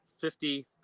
fifty